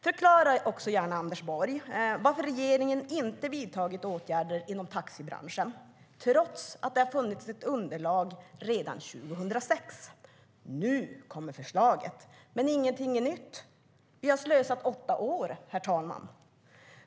Förklara också gärna, Anders Borg, varför regeringen inte har vidtagit åtgärder inom taxibranschen, trots att det har funnits ett underlag sedan 2006. Först nu kommer förslaget, men ingenting är nytt. Vi har slösat åtta år!